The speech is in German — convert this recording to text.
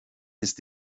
ist